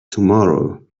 tomorrow